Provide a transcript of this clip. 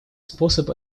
способ